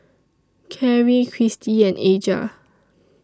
Karri Cristy and Aja